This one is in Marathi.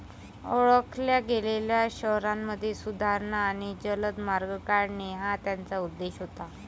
ओळखल्या गेलेल्या शहरांमध्ये सुधारणा आणि जलद मार्ग काढणे हा त्याचा उद्देश होता